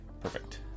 Perfect